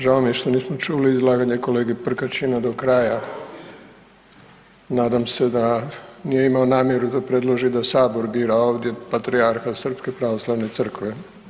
Žao mi je što nismo čuli izlaganje kolege Prkačina do kraja ... [[Upadica se ne čuje.]] nadam se da nije imao namjeru da predloži da Sabor bira ovdje patrijarha Srpske pravoslavne crkve.